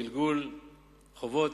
גלגול חובות,